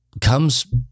comes